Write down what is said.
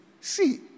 See